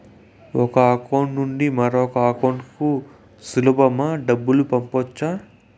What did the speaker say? ఒక అకౌంట్ నుండి మరొక అకౌంట్ కు సులభమా డబ్బులు పంపొచ్చా